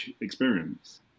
experience